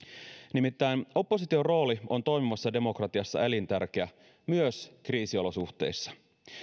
nimittäin opposition rooli on toimivassa demokratiassa elintärkeä myös kriisiolosuhteissa